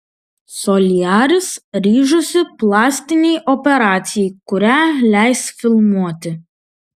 soliaris ryžosi plastinei operacijai kurią leis filmuoti